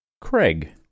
Craig